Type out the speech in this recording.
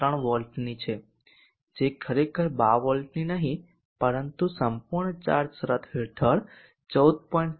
3 વોલ્ટની છે જે ખરેખર 12 વોલ્ટની નહીં પરંતુ સંપૂર્ણ ચાર્જ શરત હેઠળ વોલ્ટ 14